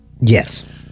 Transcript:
yes